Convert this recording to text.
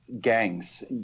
gangs